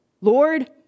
Lord